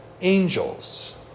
angels